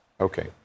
Okay